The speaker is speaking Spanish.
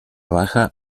baja